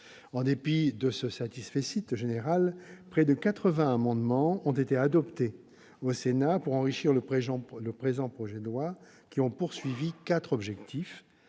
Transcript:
En dépit de ce satisfecit général, près de 80 amendements ont été adoptés au Sénat pour enrichir le présent projet de loi, avec quatre objectifs